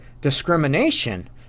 discrimination